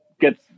get